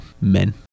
men